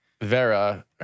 Vera